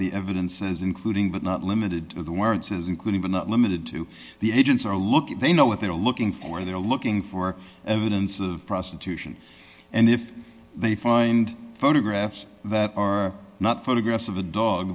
the evidence says including but not limited to the words as including but not limited to the agents are look at they know what they're looking for they're looking for evidence of prostitution and if they find photographs that are not photographs of a dog